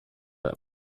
him